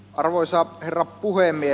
arvoisa herra puhemies